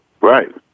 Right